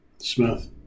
Smith